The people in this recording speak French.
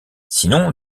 sinon